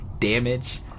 damage